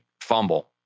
fumble